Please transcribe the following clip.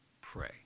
Pray